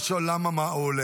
למה?